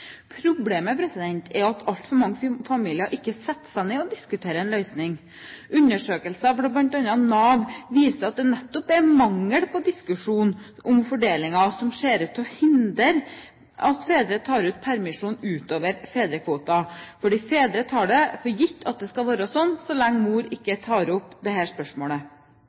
Problemet er at altfor mange familier ikke setter seg ned og diskuterer en løsning. Undersøkelser fra bl.a. Nav viser at det nettopp er mangel på diskusjon om fordelingen som ser ut til å hindre at fedre tar ut permisjon utover fedrekvoten, fordi fedre tar det for gitt at det skal være sånn så lenge mor ikke tar opp dette spørsmålet.